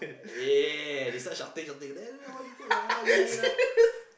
yeah they start shouting shouting why you put anak ginilah